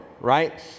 right